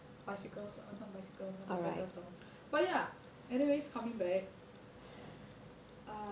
bicycles oh not bicycle motorcycle sound but ya anyways coming back